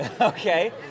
Okay